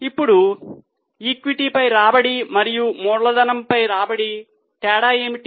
ఇప్పుడు ఈక్విటీపై రాబడి మరియు మూలధనంపై రాబడిలో తేడా ఏమిటి